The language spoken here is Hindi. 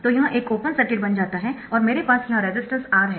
तो यह एक ओपन सर्किट बन जाता है और मेरे पास यह रेजिस्टेंस R है